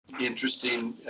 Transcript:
interesting